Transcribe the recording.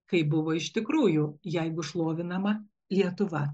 kai buvo iš tikrųjų jeigu šlovinama lietuva